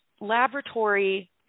laboratory